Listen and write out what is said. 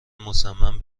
مصمم